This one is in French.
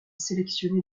sélectionné